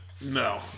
No